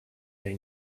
they